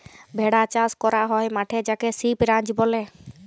ভেড়া চাস ক্যরা হ্যয় মাঠে যাকে সিপ রাঞ্চ ব্যলে